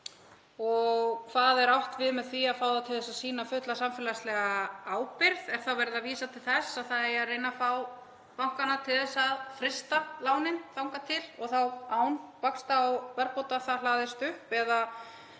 og hvað er átt við með því að fá þá til að sýna fulla samfélagslega ábyrgð. Er þá verið að vísa til þess að það eigi að reyna að fá bankana til að frysta lánin þangað til og þá án vaxta og verðbóta, án þess að það hlaðist upp?